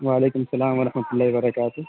وعلیکم السّلام و رحمتہ اللہ و برکاتہ